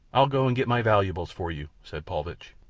i'll go and get my valuables for you, said paulvitch.